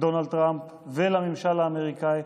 דונאלד טראמפ ולממשל האמריקני.